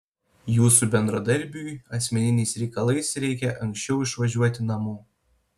jūsų bendradarbiui asmeniniais reikalais reikia anksčiau išvažiuoti namo